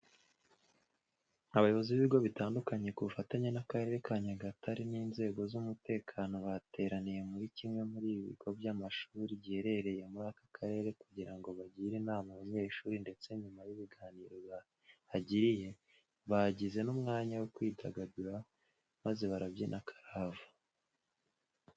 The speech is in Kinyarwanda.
Abayobozi b'ibigo bitandukanye ku bufatanye n'Akarere ka Nyagatare n'inzego z'umutekano bateraniye muri kimwe mu bigo by'amashuri giherereye muri aka karere kugira ngo bagire inama abanyeshuri ndetse nyuma y'ibiganiro bahagiriye, bagize n'umwanya wo kwidagadura maze barabyina karahava.